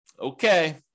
Okay